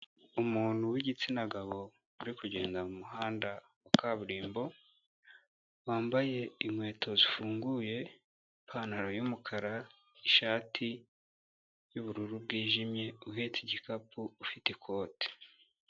Umuntu w'igitsina gabo uri kugenda mu muhanda wa kaburimbo, wambaye inkweto zifunguye, ipantaro y'umukara nishati y'ubururu bwijimye uhetse igikapu ufite ikote.